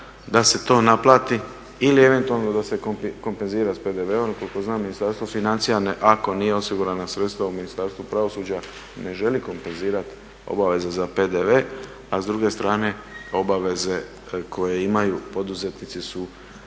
da se to naplati ili eventualno da se kompenzira s PDV-om. Koliko znam Ministarstvo financija ako nisu osigurana sredstava u Ministarstvu pravosuđa ne želi kompenzirati obveze za PDV, a s druge strane obaveze koje imaju poduzetnici su